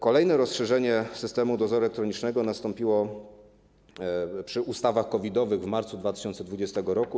Kolejne rozszerzenie systemu dozoru elektronicznego nastąpiło przy ustawach COVID-owych w marcu 2020 r.